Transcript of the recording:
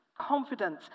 confidence